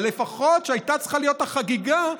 אבל לפחות כשהייתה צריכה להיות החגיגה,